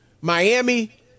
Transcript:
Miami